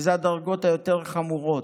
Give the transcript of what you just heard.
שאלה הדרגות היותר-חמורות.